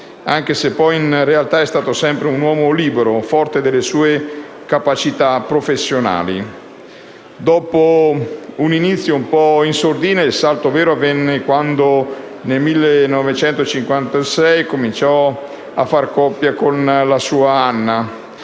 anche se poi in realtà è stato sempre un uomo libero, forte delle sue capacità professionali. Dopo un inizio un po' in sordina, il salto vero avvenne quando nel 1956 iniziò a fare coppia con la sua Anna,